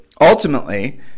Ultimately